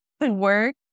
work